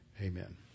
amen